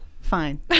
Fine